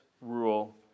rule